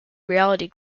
reality